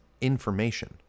information